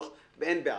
ואין בעיה.